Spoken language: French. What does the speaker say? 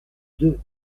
deux